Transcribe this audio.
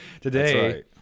Today